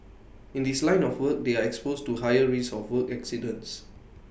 in this line of work they are exposed to higher risk of work accidents